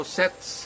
sets